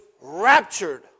raptured